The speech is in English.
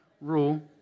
rule